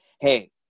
Hey